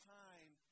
time